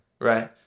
Right